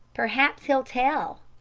perhaps he'll tell.